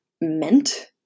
meant